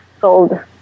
sold